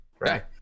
Right